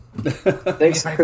thanks